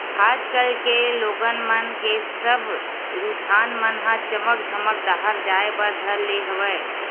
आज कल के लोगन मन के सब रुझान मन ह चमक धमक डाहर जाय बर धर ले हवय